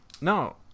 No